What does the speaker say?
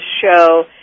show